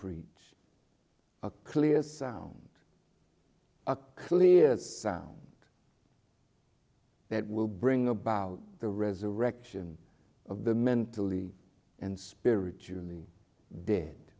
preach a clear sound a clear sound that will bring about the resurrection of the mentally and spiritually dead